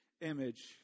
image